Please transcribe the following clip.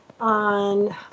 on